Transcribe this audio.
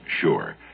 sure